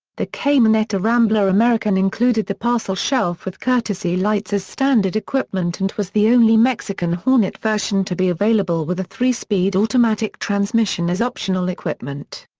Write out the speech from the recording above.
the camioneta rambler american included the parcel shelf with courtesy lights as standard equipment and was the only mexican hornet version to be available with a three-speed automatic transmission as optional equipment.